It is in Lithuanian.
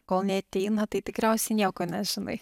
kol neateina tai tikriausiai nieko nežinai